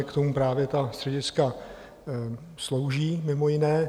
K tomu právě ta střediska slouží mimo jiné.